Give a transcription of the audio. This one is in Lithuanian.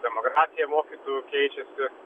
demografija mokytojų keičiasi